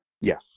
Yes